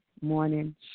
morning